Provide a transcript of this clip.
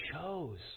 chose